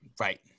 Right